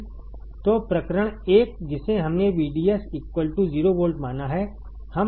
तो प्रकरण एक जिसे हमने VDS 0 वोल्ट माना है